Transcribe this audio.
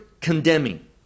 condemning